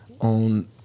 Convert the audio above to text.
on